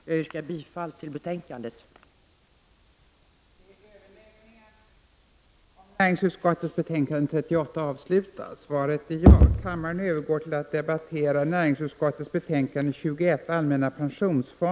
Jag yrkar bifall till hemställan i utskottets betänkande.